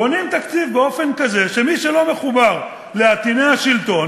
בונים תקציב באופן כזה שמי שלא מחובר לעטיני השלטון